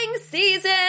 season